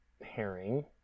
herring